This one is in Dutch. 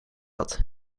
had